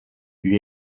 eut